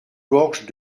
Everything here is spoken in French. gorges